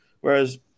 Whereas